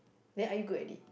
then are you good at it